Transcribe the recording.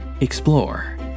Explore